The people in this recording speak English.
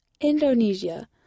Indonesia